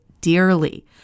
dearly